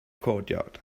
courtyard